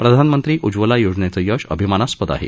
प्रधानमंत्री उज्वला योजनेचं यश अभिमानास्पद आहे